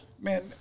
Man